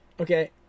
okay